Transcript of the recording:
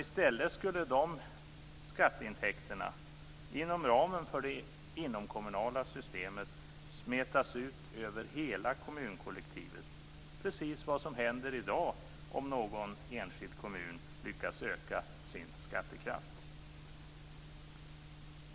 I stället skulle de skatteintäkterna inom ramen för det inomkommunala systemet smetas ut över hela kommunkollektivet, precis vad som händer i dag om någon enskild kommun lyckas öka sin skattekraft.